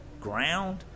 ground